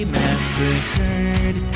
massacred